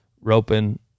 roping